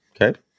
Okay